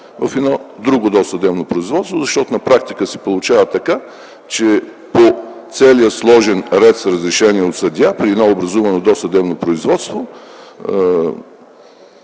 в друго досъдебно производство, защото на практика се получава така, че по целия сложен ред с разрешение от съдия при едно образувано досъдебно производство